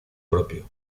propio